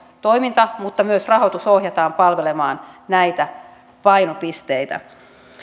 toiminta mutta myös rahoitus ohjataan palvelemaan näitä painopisteitä